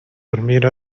dormir